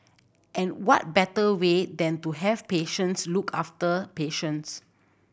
and what better way than to have patients look after patients